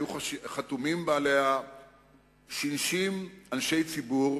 היו חתומים עליה 60 אנשי ציבור